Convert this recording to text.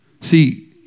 See